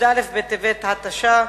י"א בטבת התש"ע,